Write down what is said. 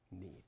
need